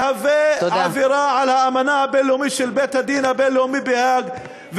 יהיה עבירה על האמנה הבין-לאומית של בית-הדין הבין-לאומי בהאג.